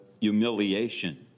humiliation